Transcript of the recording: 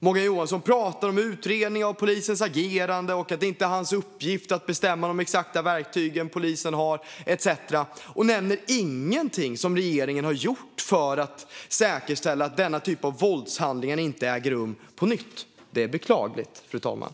Morgan Johansson pratar om utredning av polisens agerande och om att det inte är hans uppgift att bestämma exakt vilka verktyg polisen ska ha etcetera, men han nämner ingenting som regeringen har gjort för att säkerställa att denna typ av våldshandlingar inte äger rum på nytt. Det är beklagligt, fru talman.